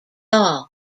dahl